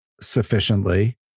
sufficiently